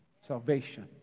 salvation